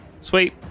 Sweet